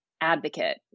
advocate